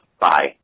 Bye